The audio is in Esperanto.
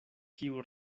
kiu